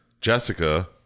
Jessica